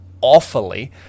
awfully